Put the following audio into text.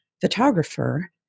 photographer